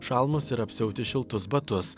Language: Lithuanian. šalmus ir apsiauti šiltus batus